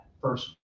first